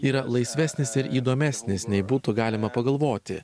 yra laisvesnis ir įdomesnis nei būtų galima pagalvoti